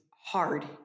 hard